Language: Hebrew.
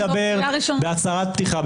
את מפריעה לחבר כנסת לדבר בהצהרת פתיחה.